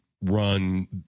run